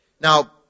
Now